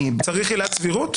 צריך עילת סבירות?